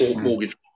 mortgage